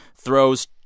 throws